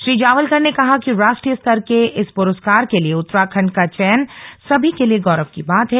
श्री जावलकर ने कहा कि राष्ट्रीय स्तर के इस पुरस्कार के लिए उत्तराखण्ड का चयन सभी के लिए गौरव की बात है